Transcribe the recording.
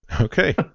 Okay